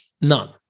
None